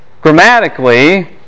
grammatically